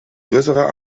größerer